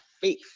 faith